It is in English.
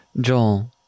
Joel